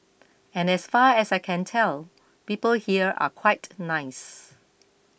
and as far as I can tell people here are quite nice